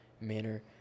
manner